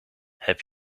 heb